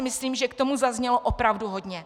Myslím si, že k tomu zaznělo opravdu hodně.